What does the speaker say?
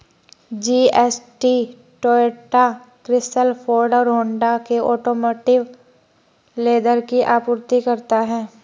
GST Toyota, Chrysler, Ford और Honda के automotive leather की आपूर्ति करता है